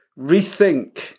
rethink